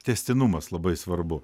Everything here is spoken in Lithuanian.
tęstinumas labai svarbu